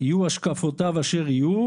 יהיו השקפותיו אשר יהיו